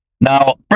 now